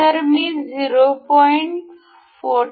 तर मी 0